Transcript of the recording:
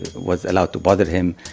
was allowed to bother him.